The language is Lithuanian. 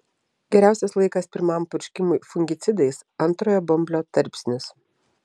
geriausias laikas pirmam purškimui fungicidais antrojo bamblio tarpsnis